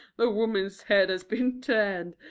the woman's head has been turned.